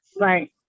right